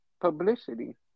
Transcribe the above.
publicity